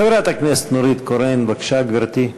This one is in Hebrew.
חברת הכנסת נורית קורן, בבקשה, גברתי.